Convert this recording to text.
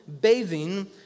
bathing